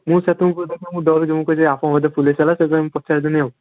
ମୁଁ ସେତେବେଳୁ ଦେଖିକି ଡରୁଛି ମୁଁ କହୁଛି ଆପଣ ବୋଧେ ପୋଲିସ୍ ବାଲା ସେଥିପାଇଁ ମୁଁ ପଚାରିଦେଲି ଆଉ